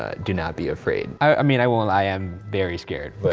ah do not be afraid. i mean, i won't lie, i'm very scared, but.